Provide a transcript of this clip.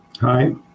Hi